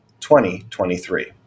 2023